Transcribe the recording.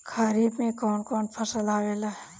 खरीफ में कौन कौन फसल आवेला?